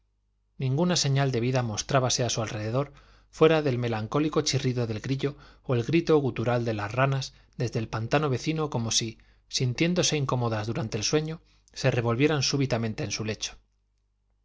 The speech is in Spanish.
ninguna señal de vida mostrábase a su alrededor fuera del melancólico chirrido del grillo o el grito gutural de las ranas desde el pantano vecino como si sintiéndose incómodas durante el sueño se revolvieran súbitamente en su lecho